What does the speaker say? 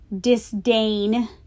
disdain